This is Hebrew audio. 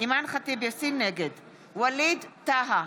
ווליד טאהא,